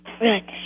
Right